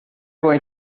going